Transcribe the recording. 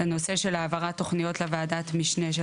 לנושא של העברת תוכניות לוועדת המשנה של